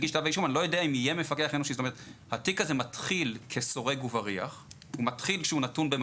מבחינת החוק מסוגל אתה לא עוצר אותו בגלל שזה חלופת